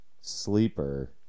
sleeper